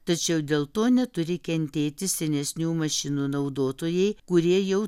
tačiau dėl to neturi kentėti senesnių mašinų naudotojai kurie jau